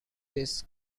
this